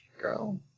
Girl